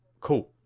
cool